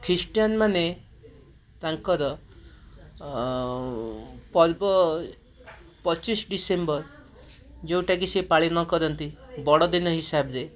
ଖ୍ରୀଷ୍ଟିଆନମାନେ ତାଙ୍କର ପର୍ବ ପଚିଶ ଡିସେମ୍ବର ଯେଉଁଟାକି ସେ ପାଳିନ କରନ୍ତି ବଡ଼ଦିନ ହିସାବରେ